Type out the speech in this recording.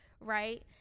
right